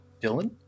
Dylan